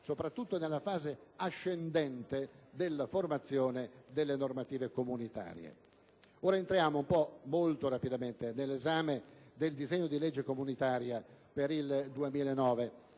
soprattutto nella fase ascendente della formazione delle normative comunitarie. Passiamo molto rapidamente all'esame del disegno di legge comunitaria per il 2009.